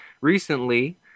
recently